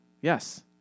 Yes